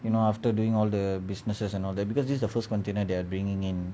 you know after doing all the businesses and all that because this is the first container they are bringing in